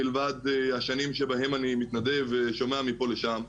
מלבד השנים שבהם אני מתנדב ושומע מפה לשם,